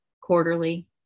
quarterly